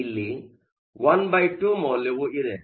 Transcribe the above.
ಆದ್ದರಿಂದಇಲ್ಲಿ 12 ಮೌಲ್ಯವು ಇದೆ